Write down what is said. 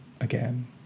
again